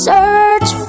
Search